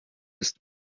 ist